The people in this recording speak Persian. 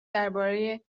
درباره